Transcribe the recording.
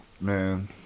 Man